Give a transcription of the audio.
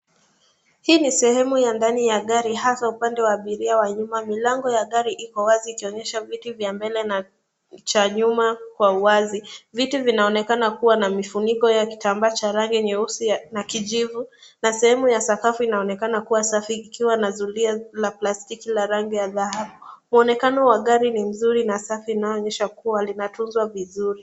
Hii ni sehemu ya ndani ya gari, hasa upande wa abiria wa nyuma. Milango ya gari iko wazi ikionyesha viti vya mbele na cha nyuma kwa uwazi. Viti vinaonekana kuwa na mifuniko ya kitambaa cha rangi nyeusi na kijivu na sehemu ya sakafu inaonekana kuwa safi, ikiwa na zulia la plastiki la rangi ya dhahabu. Mwonekano wa gari ni mzuri na safi unaoonyesha kuwa linatunzwa vizuri.